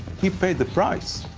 he paid the price.